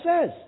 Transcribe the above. says